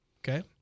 Okay